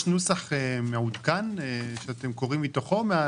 יש נוסח מעודכן שאתם קוראים מתוכו?